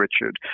Richard